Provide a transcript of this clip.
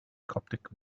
coptic